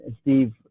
Steve